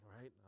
right